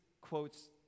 quotes